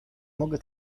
mogę